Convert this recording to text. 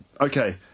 Okay